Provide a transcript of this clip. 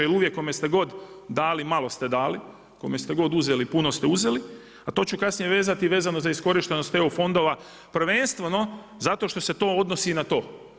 Uvijek kome ste god dali, malo ste dali, kome ste god uzeli, puno ste uzeli, a to ću kasnije vezati vezano za iskorištenost EU fondova prvenstveno zato što se to odnosi i na to.